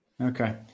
Okay